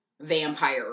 vampire